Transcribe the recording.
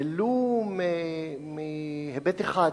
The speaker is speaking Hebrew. ולו מהיבט אחד.